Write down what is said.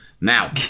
Now